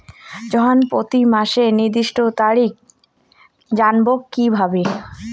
ঋণ প্রতিমাসের নির্দিষ্ট তারিখ জানবো কিভাবে?